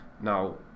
Now